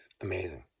amazing